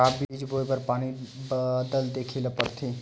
का बीज बोय बर पानी बादल देखेला पड़थे?